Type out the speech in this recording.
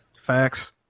Facts